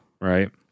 right